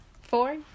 Four